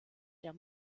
der